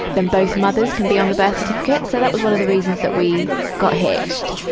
then both mothers can be on the birth certificate. so, that was one of the reasons that we got hitched.